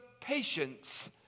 patience